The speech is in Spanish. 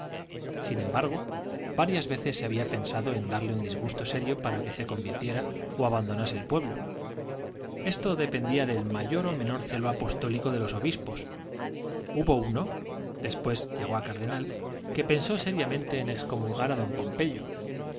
sin embargo varias veces se había pensado en darle un disgusto serio para que se convirtiera o abandonase el pueblo esto dependía del mayor o menor celo apostólico de los obispos uno hubo después llegó a cardenal que pensó seriamente en excomulgar a don pompeyo